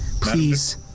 Please